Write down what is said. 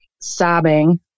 sobbing